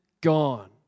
gone